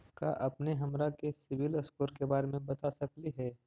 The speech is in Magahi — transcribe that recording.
का अपने हमरा के सिबिल स्कोर के बारे मे बता सकली हे?